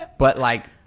but like,